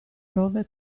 prove